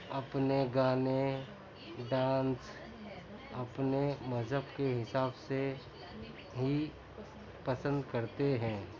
اپنے گانے ڈانس اپنے مذہب کے حساب سے ہی پسند کرتے ہیں